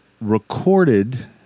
recorded